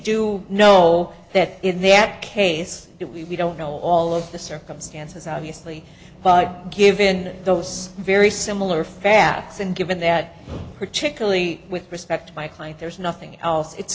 do know that in the act case that we don't know all of the circumstances obviously but given those very similar fasts and given that particularly with respect to my client there's nothing else it